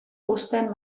uzten